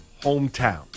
hometown